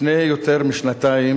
לפני יותר משנתיים